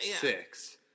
six